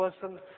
person